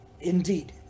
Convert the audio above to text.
indeed